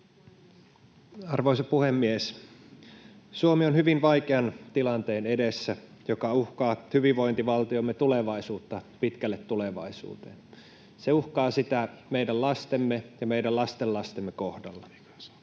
Arvoisa puhemies! Suomi on hyvin vaikean tilanteen edessä, ja se uhkaa hyvinvointivaltiomme tulevaisuutta pitkälle tulevaisuuteen. Se uhkaa sitä meidän lastemme ja meidän lastenlastemme kohdalla.